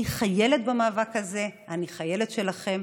אני חיילת במאבק הזה, אני חיילת שלכם.